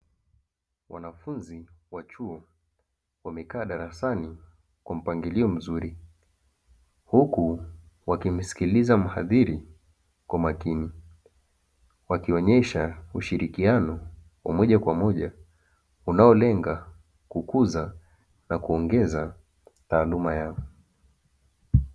Wanafunzi wa chuo wamekaa darasani kwa mpangilio mzuri huku wakimsikiliza mhadhiri kwa makini, wakionyesha ushirikiano wa moja kwa moja unaolenga kukuza na kuongeza taaluma yao.